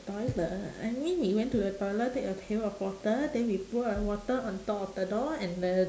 toilet I mean we went to the toilet take a pail of water then we put the water on top of the door and the